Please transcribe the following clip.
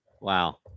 Wow